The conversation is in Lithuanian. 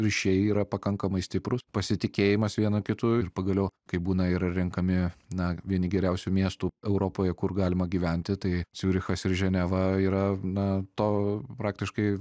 ryšiai yra pakankamai stiprūs pasitikėjimas vienu kitu ir pagaliau kai būna ir renkami na vieni geriausių miestų europoje kur galima gyventi tai ciurichas ir ženeva yra na to praktiškai